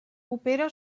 opera